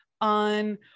on